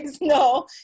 No